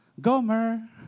Gomer